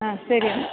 ആ ശരി എന്നാൽ